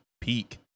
Peak